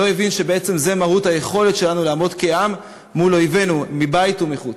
לא הבין שבעצם זה מהות היכולת שלנו לעמוד כעם מול אויבינו מבית ומחוץ.